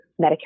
Medicare